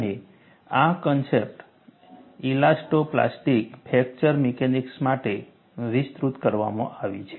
અને આ concepts elasto plastic fracture mechanics માટે વિસ્તૃત કરવામાં આવી છે